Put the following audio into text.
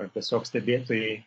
ar tiesiog stebėtojai